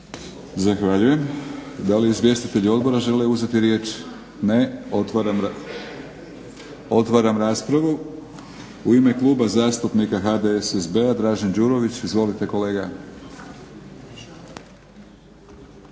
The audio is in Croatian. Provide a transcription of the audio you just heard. Zahvaljujem. Da li izvjestitelji odbora žele uzeti riječ? Ne. Otvaram raspravu. U ime Kluba zastupnika HDSSB-a, Dražen Đurović. Izvolite kolega.